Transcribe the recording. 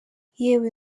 yewe